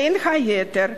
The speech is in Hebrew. בין היתר,